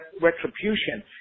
retribution